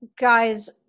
guys